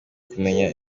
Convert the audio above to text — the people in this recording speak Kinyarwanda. kumenya